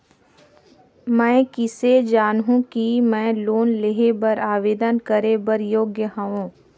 मैं किसे जानहूं कि मैं लोन लेहे बर आवेदन करे बर योग्य हंव?